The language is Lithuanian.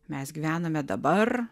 mes gyvename dabar